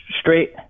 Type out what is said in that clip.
straight